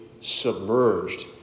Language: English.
submerged